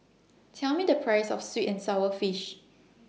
Tell Me The Price of Sweet and Sour Fish